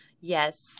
yes